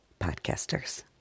Podcasters